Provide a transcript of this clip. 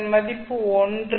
இதன் மதிப்பு 1